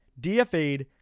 DFA'd